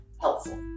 helpful